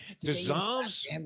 dissolves